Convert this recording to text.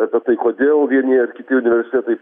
apie tai kodėl vieni ar kiti universitetai